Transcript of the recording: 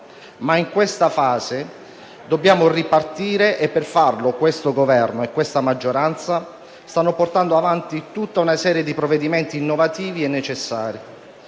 in questa fase dobbiamo ripartire e per farlo il Governo e la maggioranza stanno portando avanti tutta una serie di provvedimenti innovativi e necessari.